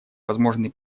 возможные